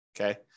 okay